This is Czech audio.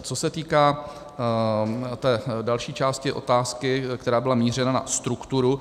Co se týká té další části otázky, která byla mířena na strukturu.